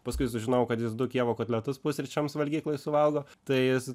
paskui sužinojau kad jis du kijevo kotletus pusryčiams valgykloj suvalgo tai su